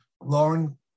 Lauren